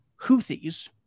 Houthis